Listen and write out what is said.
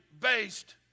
based